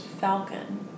Falcon